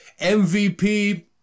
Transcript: MVP